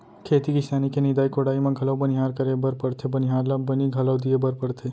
खेती किसानी के निंदाई कोड़ाई म घलौ बनिहार करे बर परथे बनिहार ल बनी घलौ दिये बर परथे